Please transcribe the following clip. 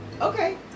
okay